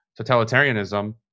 totalitarianism